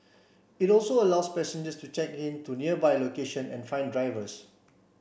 it also allows passengers to check in to nearby location and find drivers